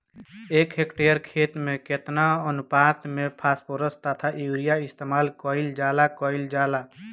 एक हेक्टयर खेत में केतना अनुपात में फासफोरस तथा यूरीया इस्तेमाल कईल जाला कईल जाला?